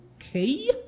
okay